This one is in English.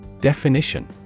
Definition